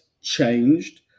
changed